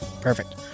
Perfect